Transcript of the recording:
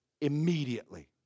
immediately